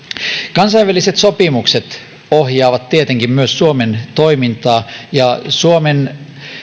kansainväliset sopimukset ohjaavat tietenkin suomen toimintaa ja suomen